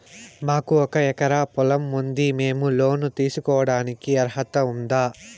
మాకు ఒక ఎకరా పొలం ఉంది మేము లోను తీసుకోడానికి అర్హత ఉందా